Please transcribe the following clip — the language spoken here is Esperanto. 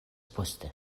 poste